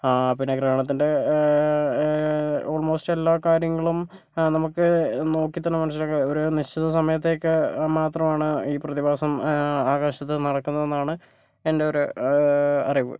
പിന്നെ ഗ്രഹണത്തിൻ്റെ ഓൾമോസ്റ്റ് എല്ലാ കാര്യങ്ങളും നമുക്ക് നോക്കി തന്നെ മനസ്സിലാക്കാം ഒരു നിശ്ചിത സമയത്തേക്ക് മാത്രമാണ് ഈ പ്രതിഭാസം ആകാശത്തു നടക്കുന്നതെന്നാണ് എൻ്റെ ഒരു അറിവ്